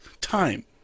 time